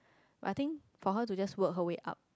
but I think for her to just work her way up